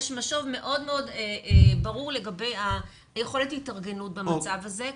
יש משוב מאוד מאוד ברור לגבי יכולת ההתארגנות במצב הזה,